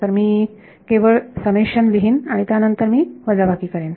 तर मी केवळ समेशन लिहीन आणि त्यानंतर मी बजावाकी करेन